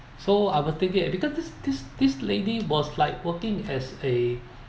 so I was thinking that because this this this lady was like working as a